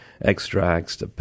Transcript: extracts